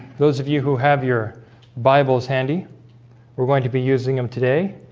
those of you who have your bibles handy we're going to be using them today